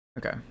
Okay